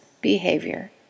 behavior